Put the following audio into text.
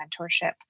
mentorship